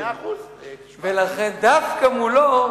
ולכן דווקא מולו,